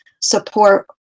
support